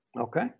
okay